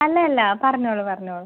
അല്ല അല്ല പറഞ്ഞോളൂ പറഞ്ഞോളൂ